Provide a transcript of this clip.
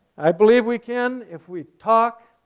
i believe we can if we talk,